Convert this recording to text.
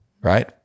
right